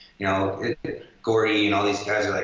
you know gordy and all these guys, like